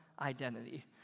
identity